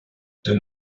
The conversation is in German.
denn